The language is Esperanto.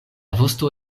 vosto